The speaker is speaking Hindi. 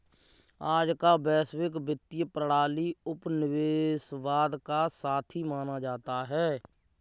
आज का वैश्विक वित्तीय प्रणाली उपनिवेशवाद का साथी माना जाता है